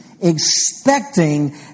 expecting